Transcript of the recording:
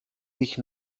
mich